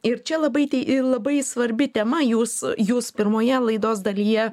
ir čia labai tei į labai svarbi tema jūs jūs pirmoje laidos dalyje